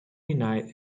deny